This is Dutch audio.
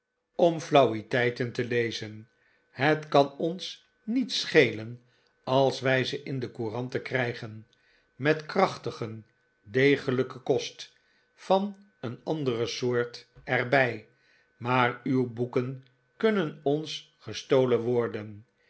om flauwiteiten te lezen het kan ons niet schelen als wij ze in de couranten krijgen met krachtigen degelijken kost van een andere soort er bij maar uw boeken kunnen ons gestolen worden